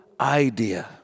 idea